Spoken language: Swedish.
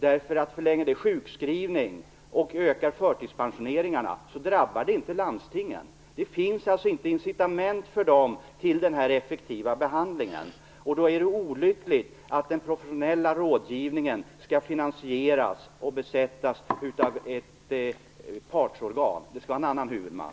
Så länge det är fråga om sjukskrivning och ökade förtidspensioneringar drabbar det inte landstingen. De har alltså inte incitament till en effektiv behandling, och då är det olyckligt att den professionella rådgivningen skall finansieras och rekryteras av ett partsorgan. Den skall ha en annan huvudman.